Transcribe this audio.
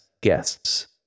guests